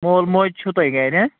مول موج چھُ تُہۍ گَرِ